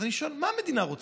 אז אני שואל: מה המדינה רוצה?